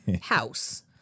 house